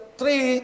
three